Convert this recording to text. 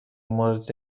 مورد